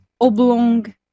oblong